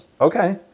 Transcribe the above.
Okay